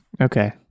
Okay